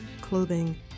clothing